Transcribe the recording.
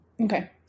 Okay